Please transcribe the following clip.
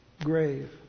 grave